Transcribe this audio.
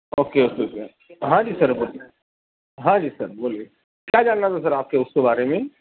okay okay ہاں جی sir بولیے ہاں جی سر بولیے کیا جاننا تھا سر آپ کے اس کے بارے میں